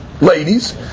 ladies